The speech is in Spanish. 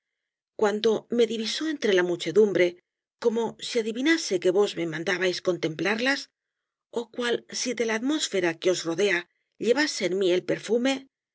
cuando me divisó entre la muchedumbre como si adivinase que vos me mandabais contemplarlas ó cual si de la atmósfera que os rodea llevase en mí el perfume